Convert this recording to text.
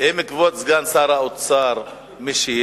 אם כבוד סגן שר האוצר משיב,